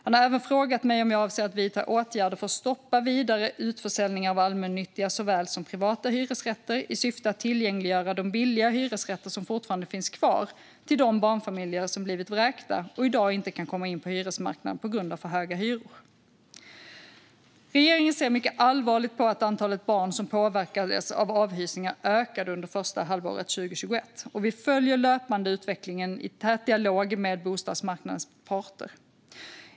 Han har även frågat mig om jag avser att vidta åtgärder för att stoppa vidare utförsäljningar av allmännyttiga såväl som privata hyresrätter i syfte att tillgängliggöra de billiga hyresrätter som fortfarande finns kvar för de barnfamiljer som blivit vräkta och i dag inte kan komma in på hyresmarknaden på grund av för höga hyror. Regeringen ser mycket allvarligt på att antalet barn som påverkades av avhysningar ökade under första halvåret 2021, och vi följer löpande utvecklingen i tät dialog med bostadsmarknadens parter.